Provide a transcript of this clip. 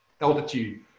altitude